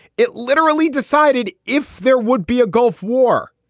it literally decided if there would be a gulf war,